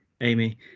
Amy